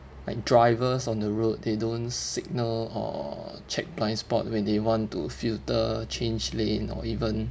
like drivers on the road they don't signal or check blind spot when they want to filter change lane or even